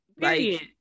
Period